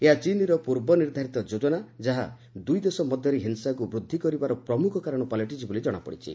ଏହା ଚୀନ୍ର ପୂର୍ବ ନିର୍ଦ୍ଧାରିତ ଯୋଜନା ଯାହା ଦୁଇଦେଶ ମଧ୍ୟରେ ହିଂସାକୁ ବୃଦ୍ଧି କରିବାର ପ୍ରମୁଖ କାରଣ ପାଲଟିଛି ବୋଲି ଜଣାପଡିଛି